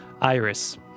Iris